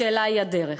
השאלה היא הדרך.